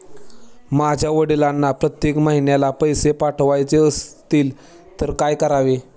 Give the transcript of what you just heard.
माझ्या वडिलांना प्रत्येक महिन्याला पैसे पाठवायचे असतील तर काय करावे?